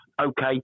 Okay